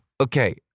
Okay